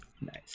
Nice